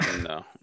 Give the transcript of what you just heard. No